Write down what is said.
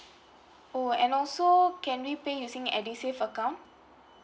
oh and also can we pay using edusave account